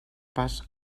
pas